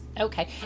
Okay